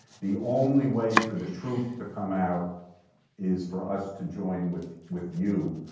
the only way for the truth to come out is for us to join with with you.